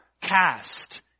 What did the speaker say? cast